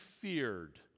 feared